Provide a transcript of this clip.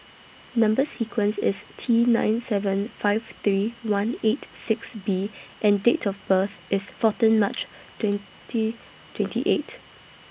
Number sequence IS T nine seven five three one eight six B and Date of birth IS fourteen March twenty twenty eight